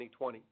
2020